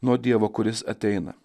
nuo dievo kuris ateina